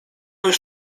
już